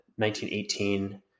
1918